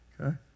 okay